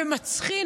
ומצחין.